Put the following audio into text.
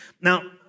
Now